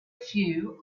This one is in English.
few